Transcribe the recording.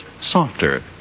softer